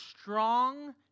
strong